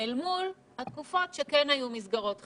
אל מול התקופות שבהן כן היו מסגרות חינוך,